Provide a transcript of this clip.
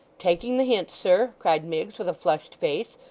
taking the hint, sir cried miggs, with a flushed face,